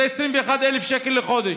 זה 21,000 שקל לחודש.